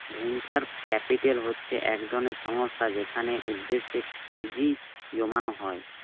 venture capital হচ্ছে একধরনের সংস্থা যেখানে উদ্যোগে পুঁজি জমানো হয়